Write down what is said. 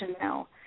now